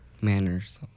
manners